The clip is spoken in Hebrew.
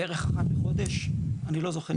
בערך אחת לחודש, אני לא זוכר.